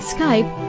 Skype